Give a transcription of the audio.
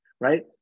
right